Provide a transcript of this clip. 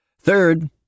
Third